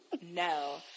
no